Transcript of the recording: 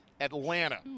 Atlanta